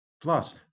Plus